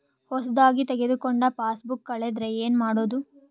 ಹೊಸದಾಗಿ ತೆಗೆದುಕೊಂಡ ಪಾಸ್ಬುಕ್ ಕಳೆದರೆ ಏನು ಮಾಡೋದು?